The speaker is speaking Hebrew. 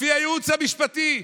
לפי הייעוץ המשפטי.